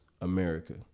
America